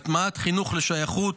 הטמעת חינוך לשייכות,